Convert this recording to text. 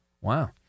Wow